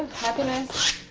happiness,